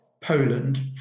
Poland